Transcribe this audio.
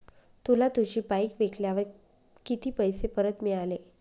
तुला तुझी बाईक विकल्यावर किती पैसे परत मिळाले?